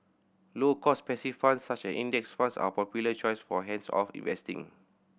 low cost passive funds such as Index Funds are a popular choice for hands off investing